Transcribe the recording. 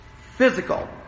physical